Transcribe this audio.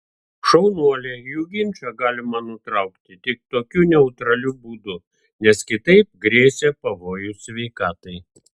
šaunuolė jų ginčą galima nutraukti tik tokiu neutraliu būdu nes kitaip grėsė pavojus sveikatai